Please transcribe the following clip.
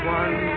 one